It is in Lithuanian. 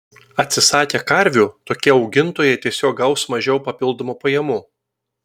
atsisakę karvių tokie augintojai tiesiog gaus mažiau papildomų pajamų